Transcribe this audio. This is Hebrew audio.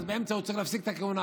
אז באמצע הוא צריך להפסיק את הכהונה.